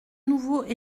nouveau